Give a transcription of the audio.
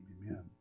amen